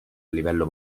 livello